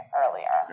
earlier